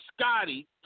Scotty